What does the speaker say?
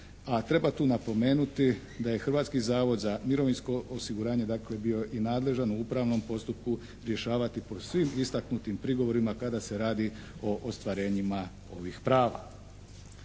treba tu napomenuti da je Hrvatski zavod za mirovinsko osiguranje dakle bio i nadležan u upravnom postupku rješavati po svim istaknutim prigovorima kada se radi o ostvarenjima ovih prava.